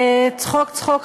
צחוק צחוק,